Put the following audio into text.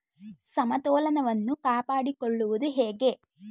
ಸಮತೋಲನವನ್ನು ಕಾಪಾಡಿಕೊಳ್ಳುವುದು ಹೇಗೆ?